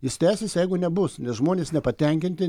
jis tęsis jeigu nebus nes žmonės nepatenkinti